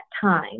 time